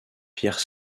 pierre